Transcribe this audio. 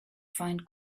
find